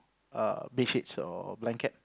err bed sheets or blanket